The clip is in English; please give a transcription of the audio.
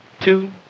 Two